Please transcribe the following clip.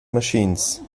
machines